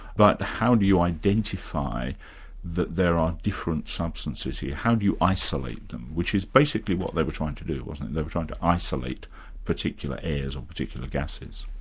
but how do you identify that there are different substances, how do you isolate them? which is basically what they were trying to do wasn't it, they were trying to isolate particular airs or particular gases.